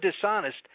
dishonest